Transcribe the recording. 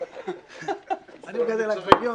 אני מגדל עגבניות,